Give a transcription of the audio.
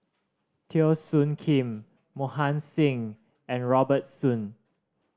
Teo Soon Kim Mohan Singh and Robert Soon